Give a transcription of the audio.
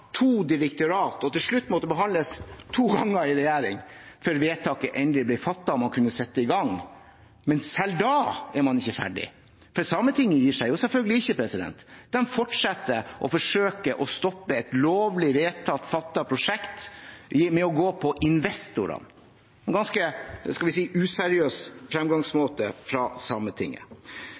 to direktorat og til slutt måtte behandles to ganger i regjering før vedtaket endelig ble fattet, og man kunne sette i gang. Men selv da er man ikke ferdig, for Sametinget gir seg jo selvfølgelig ikke. De fortsetter og forsøker å stoppe et lovlig vedtatt prosjekt ved å gå på investorene. En ganske, skal vi si, useriøs fremgangsmåte fra